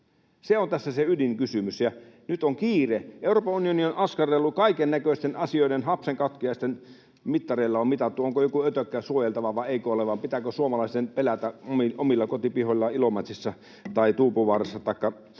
Se on tässä se ydinkysymys, ja nyt on kiire. Euroopan unioni on askarrellut kaikennäköisten asioiden kanssa, hapsenkakkiaisten mittareilla on mitattu, onko joku ötökkä suojeltava vai eikö ole tai pitääkö suomalaisten pelätä omilla kotipihoillaan Ilomantsissa tai Tuupovaarassa taikka